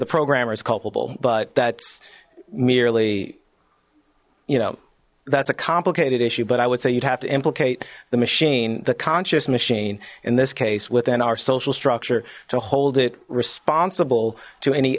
the programmer is culpable but that's merely you know that's a complicated issue but i would say you'd have to implicate the machine the conscious machine in this case within our social structure to hold it responsible to any